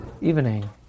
evening